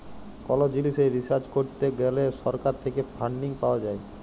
call জিলিসে research করত গ্যালে সরকার থেক্যে ফান্ডিং পাওয়া যায়